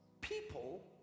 people